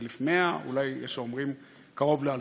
1,100, ויש אומרים קרוב ל-2,000.